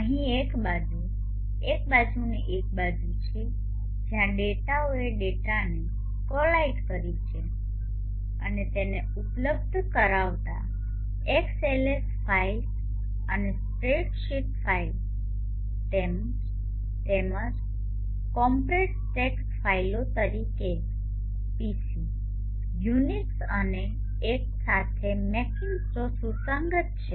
અહીં એક બાજુ એક બાજુની એક બાજુ છે જ્યાં તેઓએ ડેટાને કોલાઇટ કરી છે અને તેને ઉપલબ્ધ કરાવતા XLS ફાઇલ અને સ્પ્રેડશીટ ફાઇલ તેમજ કોમ્પ્રેસ્ડ ટેક્સ્ટ ફાઇલો તરીકે PC યુનિક્સ અને મેક સાથે મેકિન્ટોશ સુસંગત છે